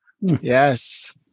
Yes